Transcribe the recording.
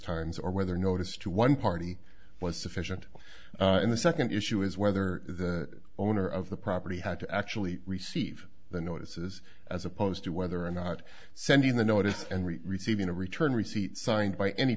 times or whether notice to one party was sufficient and the second issue is whether the owner of the property had to actually receive the notices as opposed to whether or not sending the notice and receiving a return receipt signed by any